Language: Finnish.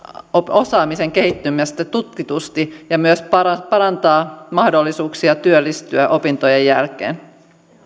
osaamisen kehittymistä tutkitusti ja myös parantaa parantaa mahdollisuuksia työllistyä opintojen jälkeen